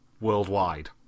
worldwide